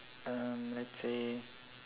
uh let's say